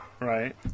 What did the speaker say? Right